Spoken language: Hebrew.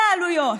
אלה העלויות.